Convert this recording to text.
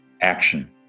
action